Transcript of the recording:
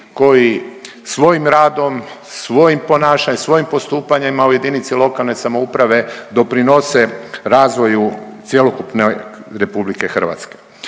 koji svojim radom, svojim ponašanjem, svojim postupanjima u jedinici lokalne samouprave doprinose razvoju cjelokupne Republike Hrvatske.